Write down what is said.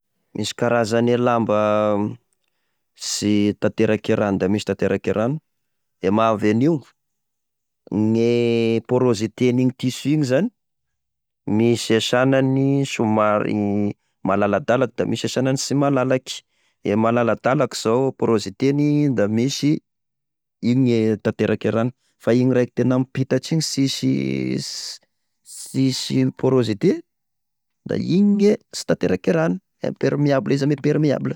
Misy karazany e lamba sy tanteraky e rano da misy tanteraky e rano. E mahavy an'io gne pôrôsiten' igny tissu igny zany, misy e sagnany somary malaladalaky da misy e sagnany sy malalaky! e malaladalaky zao pôrôsite-ny da misy igny e tanterake rano, fa igny raiky tena mipitatra iny sisy, s- sisy pôrôsite, da igny gne sy tanterake rano! impermeable izy ame permeable.